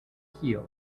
hill